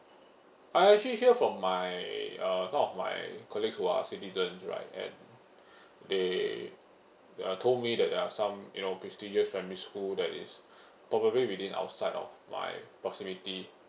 I actually hear from my uh kind of my colleagues who are citizens right and they uh told me that there are some you know prestigious primary school that is probably within outside of my proximity